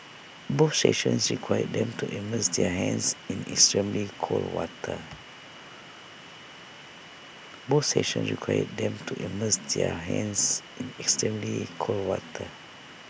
both sessions required them to immerse their hands in extremely cold water both sessions required them to immerse their hands in extremely cold water